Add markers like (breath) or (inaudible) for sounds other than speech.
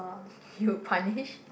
(breath) you'd punish